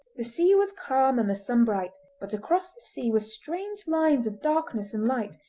the sea was calm and the sun bright, but across the sea were strange lines of darkness and light,